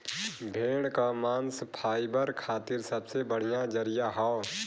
भेड़ क मांस फाइबर खातिर सबसे बढ़िया जरिया हौ